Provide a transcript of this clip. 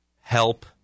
help